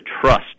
trust